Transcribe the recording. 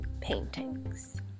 paintings